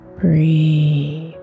Breathe